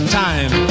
time